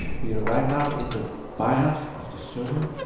we are right now in the bios of the server,